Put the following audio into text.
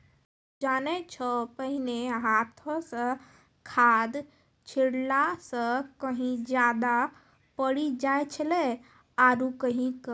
जानै छौ पहिने हाथों स खाद छिड़ला स कहीं ज्यादा पड़ी जाय छेलै आरो कहीं कम